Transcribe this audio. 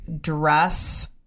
dress